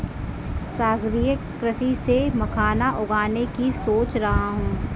सागरीय कृषि से मखाना उगाने की सोच रहा हूं